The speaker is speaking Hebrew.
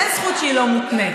אין זכות שהיא לא מותנית.